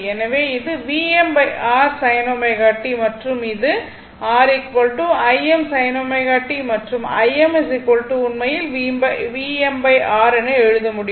எனவே இது VmR sin ω t மற்றும் இது r Im sin ω t மற்றும் Im உண்மையில்VmR என எழுத முடியும்